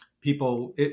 people